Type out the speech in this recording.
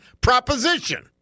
proposition